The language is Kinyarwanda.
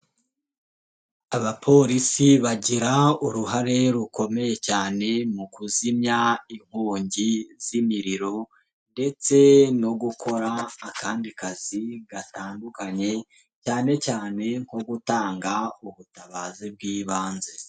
Abapolisi bagira uruhare rukomeye cyane mu kuzimya inkongi z'imiriro ndetse no gukora akandi kazi gatandukanye cyane cyane nko gutanga ubutabazi bw'ibanze.